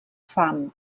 fam